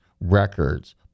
records